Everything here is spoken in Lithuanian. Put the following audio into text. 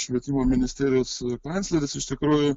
švietimo ministerijos kancleris iš tikrųjų